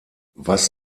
was